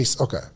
Okay